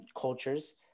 cultures